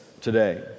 today